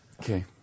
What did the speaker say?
Okay